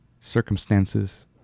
circumstances